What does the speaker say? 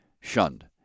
shunned